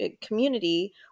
community